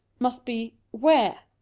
must be, where.